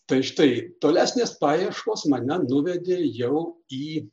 tai štai tolesnės paieškos mane nuvedė jau į